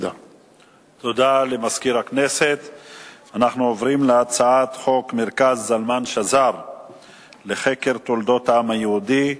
אנחנו עוברים להצעת חוק מרכז זלמן שזר לחקר תולדות העם היהודי,